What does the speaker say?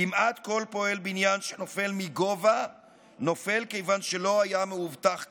כמעט כל פועל בניין שנופל מגובה נופל כיוון שלא היה מאובטח כראוי.